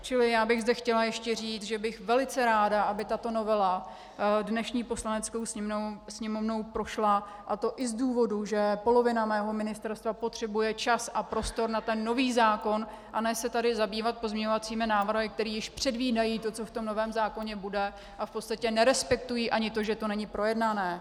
Čili já bych zde chtěla říct, že bych velice ráda, aby tato novela dnešní Poslaneckou sněmovnou prošla, a to i z důvodu, že polovina mého ministerstva potřebuje čas a prostor na ten nový zákon, a ne se tady zabývat pozměňovacími návrhy, které již předjímají to, co v tom novém zákoně bude, a v podstatě nerespektují ani to, že to není projednané.